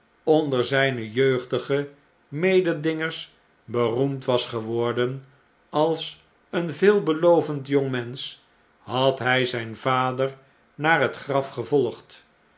onder zijne jeugdige mededingers beroemd was geworden als een veelbelovend jongmensch had hn zgn vader naar het graf gevolgd